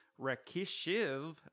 Rakishiv